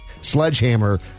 sledgehammer